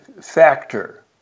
factor